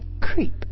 creep